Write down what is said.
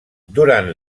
durant